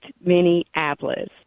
Minneapolis